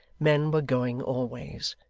men were going always.